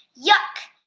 yuck